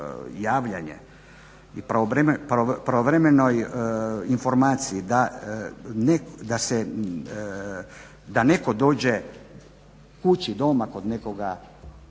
i pravovremenoj informaciji da se, da netko dođe kući doma kod nekoga koji